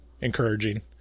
encouraging